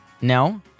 No